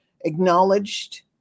acknowledged